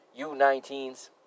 U19s